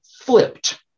flipped